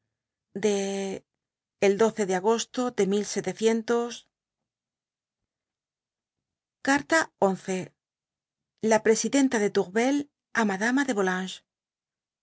de el de agosto de carta la presidenta de touruel á madama de